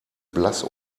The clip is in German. blass